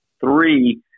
three